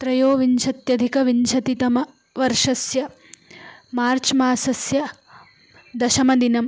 त्रयोविंशत्यधिक विंशतितमवर्षस्य मार्च् मासस्य दशमदिनम्